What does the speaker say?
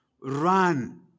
run